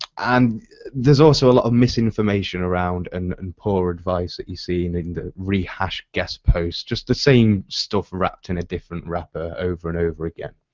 and there's also a lot of misinformation around and and poor advice that you see in the re-hashed guest posts. just the same stuff in a different wrapper over and over again.